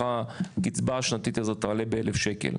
הקצבה השנתית תעלה בכ-1,000 שקלים,